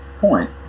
point